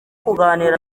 kuganira